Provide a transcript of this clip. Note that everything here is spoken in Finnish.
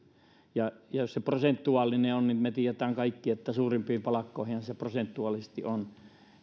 ja ja jos se on prosentuaalinen niin me kaikki tiedämme että suurimpiin palkkoihinhan tämä tulospalkkaus prosentuaalisesti on